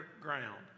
ground